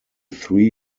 three